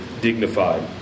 dignified